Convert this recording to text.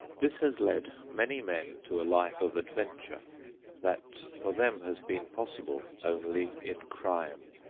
this has led many men to a life of adventure that for them has been possible only in crime.